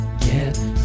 get